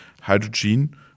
hydrogen